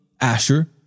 Asher